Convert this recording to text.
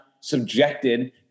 subjected